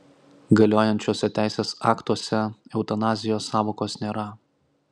galiojančiuose teisės aktuose eutanazijos sąvokos nėra